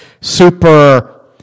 super